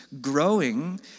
growing